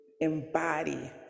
embody